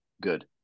good